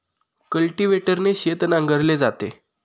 कल्टिव्हेटरने शेत नांगरले जाते